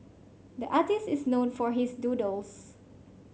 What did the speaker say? the artist is known for his doodles